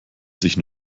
sich